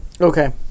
Okay